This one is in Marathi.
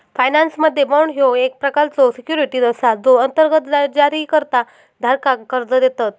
फायनान्समध्ये, बाँड ह्यो एक प्रकारचो सिक्युरिटी असा जो अंतर्गत जारीकर्ता धारकाक कर्जा देतत